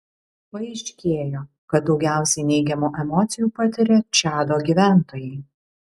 paaiškėjo kad daugiausiai neigiamų emocijų patiria čado gyventojai